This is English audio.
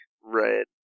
Right